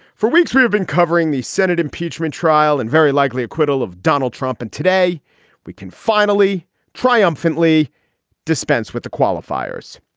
for weeks we have been covering the senate impeachment trial and very likely acquittal of donald trump. and today we can finally triumphantly dispense with the qualifiers,